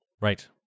right